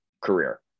career